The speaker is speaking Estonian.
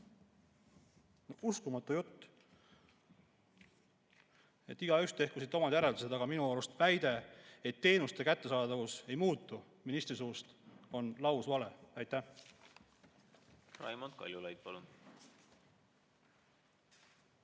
Uskumatu jutt! Igaüks tehku siit omad järeldused, aga minu arust väide, et teenuste kättesaadavus ei muutu, on ministri suust lausvale. Aitäh! Raimond Kaljulaid, palun!